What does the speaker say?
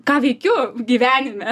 ką veikiu gyvenime